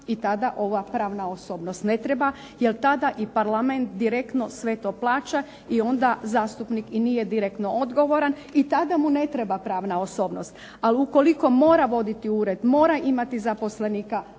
i tada ova pravna osobnost ne treba jer tada i parlament direktno sve to plaća i onda zastupnik i nije direktno odgovoran i tada mu ne treba pravna osobnost. Ali ukoliko mora voditi ured, mora imati zaposlenika,